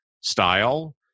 style